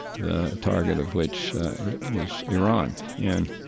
the target of which was iran. and